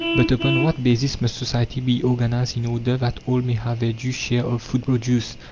but upon what basis must society be organized in order that all may have their due share of food produce?